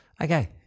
Okay